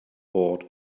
board